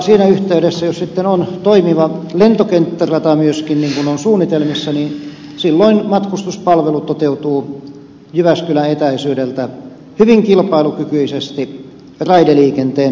siinä yhteydessä jos sitten on toimiva lentokenttärata myöskin niin kuin on suunnitelmissa niin silloin matkustuspalvelu toteutuu jyväskylän etäisyydeltä hyvin kilpailukykyisesti raideliikenteen puitteissa